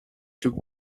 took